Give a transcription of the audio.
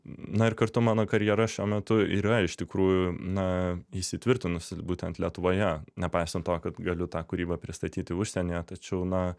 na ir kartu mano karjera šiuo metu ir yra iš tikrųjų na įsitvirtinusi būtent lietuvoje nepaisant to kad galiu tą kūrybą pristatyti užsienyje tačiau na